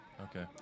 Okay